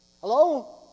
Hello